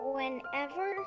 Whenever